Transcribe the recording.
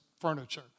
furniture